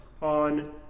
on